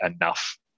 enough